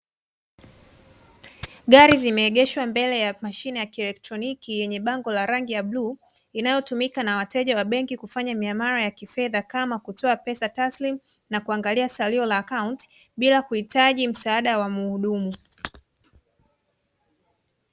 Gari zimeegeshwa mbele ya mashine ya kielektroniki yenye bango la rangi ya blue inayotumika na wateja wa benki kufanya miamala ya kifedha kama kutoa pesa taslimu na kuangalia salio la akaunti bila kuhitaji msaada wa mhudumu.